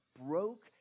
broke